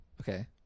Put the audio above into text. Okay